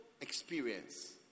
experience